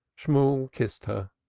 shemuel kissed her,